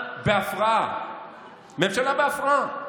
ממשלה בהפרעה, התבלבלה.